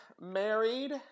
married